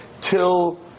till